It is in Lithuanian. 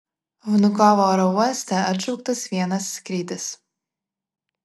vnukovo oro uoste atšauktas vienas skrydis